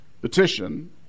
petition